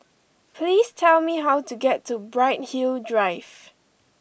please tell me how to get to Bright Hill Drive